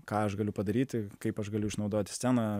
ką aš galiu padaryti kaip aš galiu išnaudoti sceną